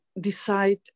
decide